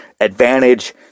advantage